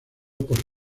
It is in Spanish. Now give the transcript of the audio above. por